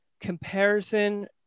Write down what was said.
comparison